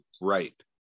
right